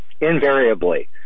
invariably